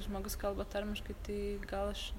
žmogus kalba tarmiškai tai gal aš